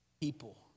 people